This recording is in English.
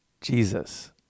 Jesus